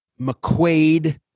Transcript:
McQuaid